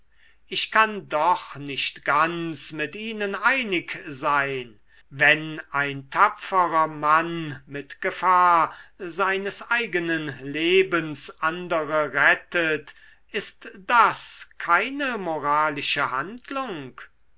ich kann doch noch nicht ganz mit ihnen einig sein wenn ein tapferer mann mit gefahr seines eigenen lebens andere rettet ist das keine moralische handlung